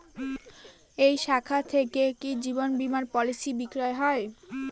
এই শাখা থেকে কি জীবন বীমার পলিসি বিক্রয় হয়?